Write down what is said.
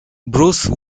bruce